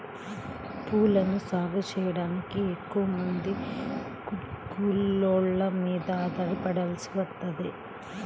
పూలను సాగు చెయ్యడానికి ఎక్కువమంది కూలోళ్ళ మీద ఆధారపడాల్సి వత్తది